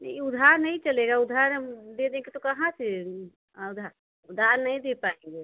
नहीं उधार नहीं चलेगा उधार हम दे देंगे तो कहाँ से उधार नहीं दे पाएँगे